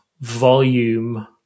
volume